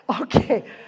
okay